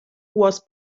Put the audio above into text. was